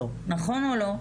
זה לא מה ששמענו עד